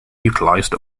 utilized